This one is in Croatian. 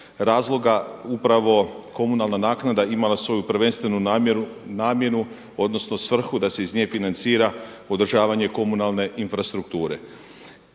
razloga upravo komunalna naknada imala svoju prvenstvenu namjeru, namjenu odnosno svrhu da se iz nje financira održavanje komunalne infrastrukture.